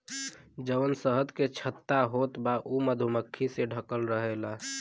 जवन शहद के छत्ता होत बा उ मधुमक्खी से ढकल रहेला